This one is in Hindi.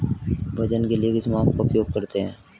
वजन के लिए किस माप का उपयोग करते हैं?